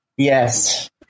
Yes